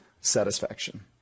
satisfaction